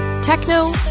techno